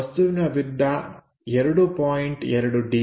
2ಡಿ 2